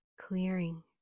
clearing